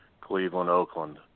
Cleveland-Oakland